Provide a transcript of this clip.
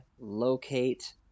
locate